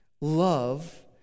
love